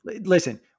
listen